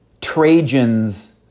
Trajan's